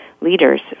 leaders